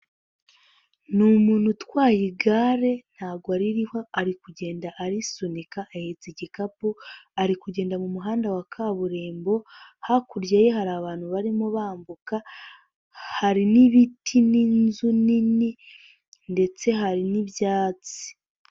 Ni umuntu utwaye igare ntabwo aririho, ari kugenda arisunika ahetse igikapu, ari kugenda mu muhanda wa kaburimbo, hakurya ye hari abantu barimo bambuka hari n'ibiti n'inzu nini ndetse hari n'ibyatsi.